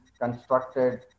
constructed